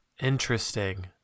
Interesting